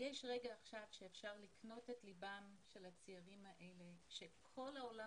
שיש עכשיו רגע שאפשר לקנות את ליבם של הצעירים האלה שכל העולם